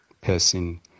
person